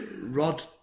Rod